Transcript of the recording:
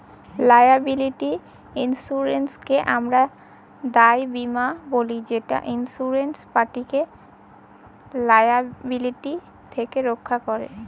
liability ইন্সুরেন্সকে আমরা দায় বীমা বলি যেটা ইন্সুরেড পার্টিকে লায়াবিলিটি থেকে রক্ষা করে